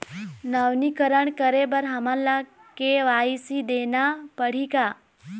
नवीनीकरण करे बर हमन ला के.वाई.सी देना पड़ही का?